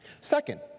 Second